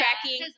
tracking